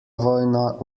vojna